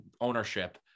ownership